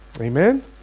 Amen